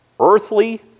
earthly